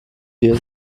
vier